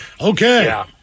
Okay